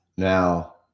now